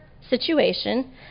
situation